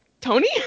Tony